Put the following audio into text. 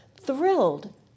thrilled